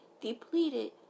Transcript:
depleted